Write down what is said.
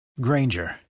Granger